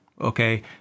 okay